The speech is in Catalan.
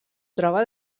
troba